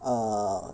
err